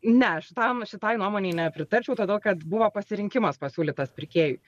ne aš tam šitai nuomonei nepritarčiau todol kad buvo pasirinkimas pasiūlytas pirkėjui